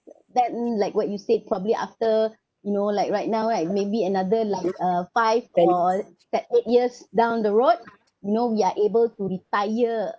that mm like what you said probably after you know like right now right maybe another like uh five or ten eight years down the road you know we are able to retire